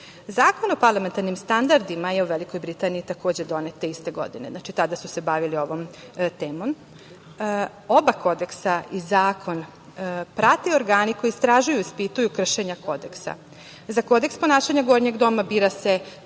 Zakon o parlamentarnim standardima je u Velikoj Britaniji takođe donet te iste godine. Znači, tada su se bavili ovom temom. Oba kodeksa i zakon prate organi koji istražuju i ispituju kršenja kodeksa.Za kodeks ponašanja Gornjeg doma bira se,